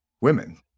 women